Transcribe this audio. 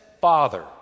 Father